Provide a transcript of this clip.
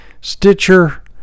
stitcher